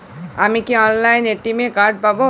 আমি কি অনলাইনে এ.টি.এম কার্ড পাব?